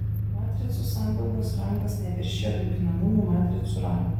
matricų sandaugos rangas neviršija dauginamųjų matricų rangų